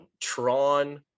tron